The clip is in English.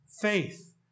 faith